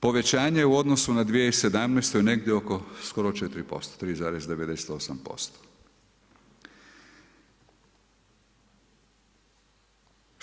Povećanje u odnosu na 2017. je negdje oko skoro 4%, 3,98%